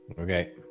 Okay